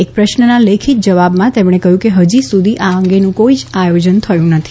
એક પ્રશ્નના લેખિત જવાબમાં તેમણે કહ્યું કે હજી સુધી આ અંગેનું કોઇ જ આયોજન થયું નથી